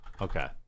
Okay